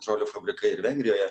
trolių fabrikai ir vengrijoje